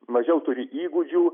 mažiau turi įgūdžių